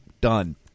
Done